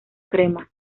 crema